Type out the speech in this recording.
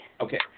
Okay